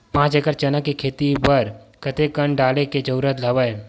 पांच एकड़ चना के खेती बर कते कन डाले के जरूरत हवय?